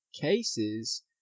cases